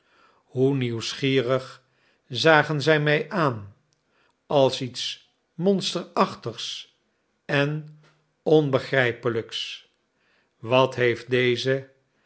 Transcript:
hoe nieuwsgierig zagen zij mij aan als iets monsterachtigs en onbegrijpelijks wat heeft deze